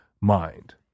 mind